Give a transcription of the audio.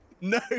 No